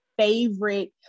favorite